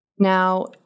Now